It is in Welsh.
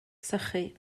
sychu